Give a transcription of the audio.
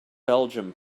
belgium